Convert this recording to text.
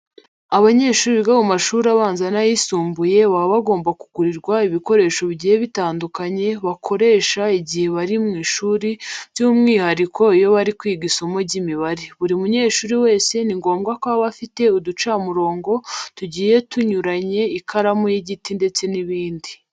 Abanyeshuri biga mu mashuri abanza n'ayisumbuye baba bagomba kugurirwa ibikoresho bigiye bitandukanye bakoresha igihe bari mu ishuri by'umwihariko iyo bari kwiga isomo ry'imibare. Buri munyeshuri wese ni ngombwa ko aba afite uducamurongo tugiye tunyuranye, ikaramu y'igiti ndetse n'ibindi.